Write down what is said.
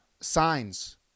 signs